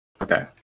Okay